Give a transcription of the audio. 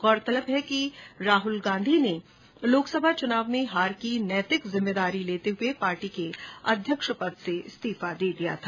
गौरतलब है कि राहुल गांधी ने लोकसभा चुनाव में हार की नैंतिक जिम्मेदारी लेते हुए पार्टी के अध्यक्ष पद से इस्तीफा दे दिया था